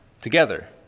together